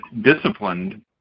Disciplined